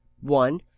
one